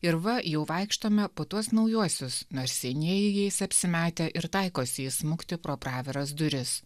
ir va jau vaikštome po tuos naujuosius nors senieji jais apsimetę ir taikosi įsmukti pro praviras duris